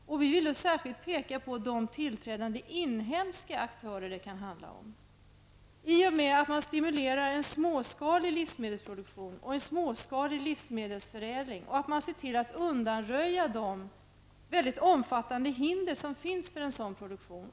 Vi vill särskilt peka på de tillträdande inhemska aktörer det kan handla om. Man stimulerar en småskalig livsmedelsproduktion och livsmedelsförädling, och man ser till att undanröja de mycket omfattande hinder som finns för en sådan produktion.